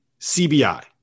CBI